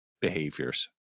behaviors